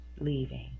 leaving